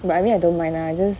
but I mean I don't mind lah just